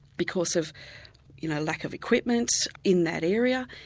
because of you know lack of equipment in that area,